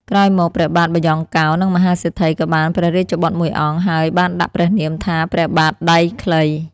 ក្រោយមកព្រះបាទបាយ៉ង់កោរ និងមហេសីក៏បានព្រះរាជបុត្រមួយអង្គ ហើយបានដាក់ព្រះនាមថាព្រះបាទដៃខ្លី។